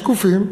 שקופים.